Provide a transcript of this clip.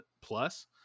plus